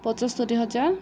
ପଞ୍ଚସ୍ତରୀ ହଜାର